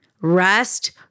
rest